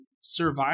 survive